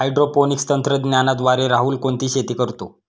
Hydroponics तंत्रज्ञानाद्वारे राहुल कोणती शेती करतो?